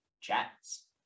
jets